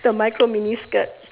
the micro mini skirt